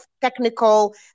technical